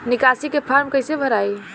निकासी के फार्म कईसे भराई?